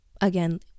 again